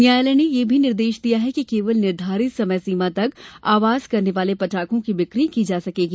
न्यायालय ने यह भी निर्देश दिया कि केवल निर्धारित सीमा तक आवाज करने वाले पटाखों की बिक्री की जा सकेगी